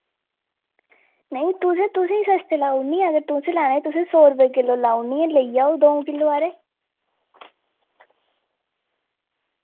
नेईं तुसें तुसेंगी सस्ते लाऊनी अगर तुसें लैने तुसें सौ रपेऽ किल्लो लाऊनी ऐ लेई जाओ द'ऊं किल्लो हारे